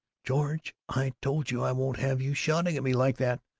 george, i told you, i won't have you shouting at me like that!